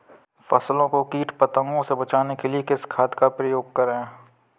फसलों को कीट पतंगों से बचाने के लिए किस खाद का प्रयोग करें?